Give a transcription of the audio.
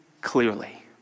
clearly